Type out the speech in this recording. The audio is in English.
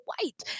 white